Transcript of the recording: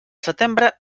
setembre